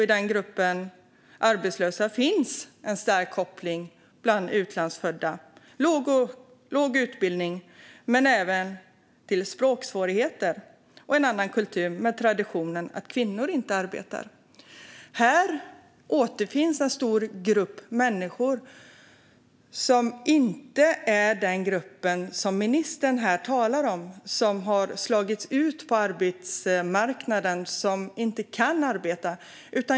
I denna grupp arbetslösa finns en stark koppling till att vara utlandsfödd, ha låg utbildning men även ha språksvårigheter. Det finns även annan kultur i botten med traditionen att kvinnor inte arbetar. Här återfinns en stor grupp människor som inte är den grupp som ministern talar om, det vill säga människor som har slagits ut från arbetsmarknaden och inte kan arbeta.